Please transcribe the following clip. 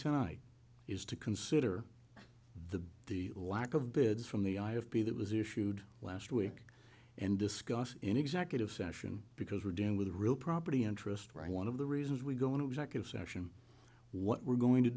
tonight is to consider the the lack of bids from the i have to be that was issued last week and discussed in executive session because we're dealing with a real property interest right one of the reasons we go into executive session what we're going to